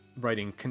writing